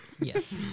Yes